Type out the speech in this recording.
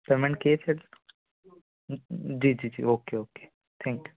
payment cash जी जी जी ओके ओके थैंक यू